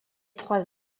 trois